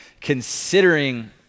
considering